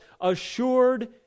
assured